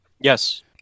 Yes